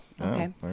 Okay